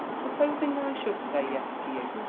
supposing i should say yes to you,